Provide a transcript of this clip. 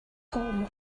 home